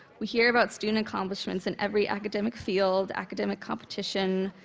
we hear about student accomplishments in every academic field, academic competition,